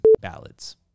ballads